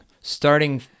starting